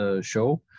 show